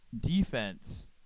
Defense